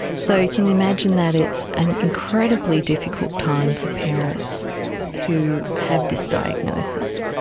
so you can imagine that it's an incredibly difficult time for parents who have this diagnosis.